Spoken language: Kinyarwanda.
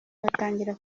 batangira